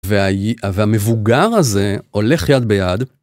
והמבוגר הזה הולך יד ביד.